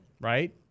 right